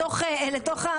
קילוגרמים?